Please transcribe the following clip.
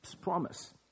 promise